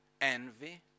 envy